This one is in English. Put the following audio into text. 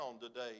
today